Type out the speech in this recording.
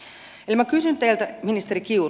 minä kysyn teiltä ministeri kiuru